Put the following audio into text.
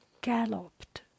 galloped